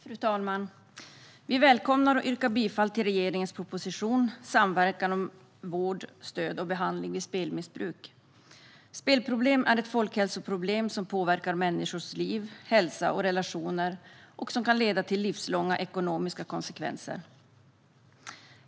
Fru talman! Sverigedemokraterna välkomnar och yrkar bifall till regeringens proposition och betänkandet Samverkan om vård, stöd och behand ling mot spelmissbruk . Spelproblem är ett folkhälsoproblem som påverkar människors liv, hälsa och relationer, och det kan få livslånga ekonomiska konsekvenser.